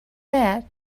that